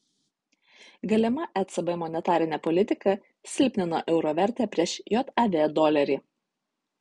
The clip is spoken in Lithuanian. galima ecb monetarinė politika silpnina euro vertę prieš jav dolerį